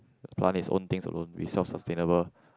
plant his own things alone with self sustainable